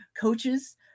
coaches